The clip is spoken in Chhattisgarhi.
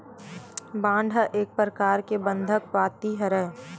बांड ह एक परकार ले बंधक पाती हरय